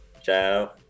Ciao